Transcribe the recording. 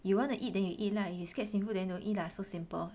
you want to eat then you eat lah if you scared sinful then don't eat lah so simple